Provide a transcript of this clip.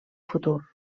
futur